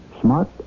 smart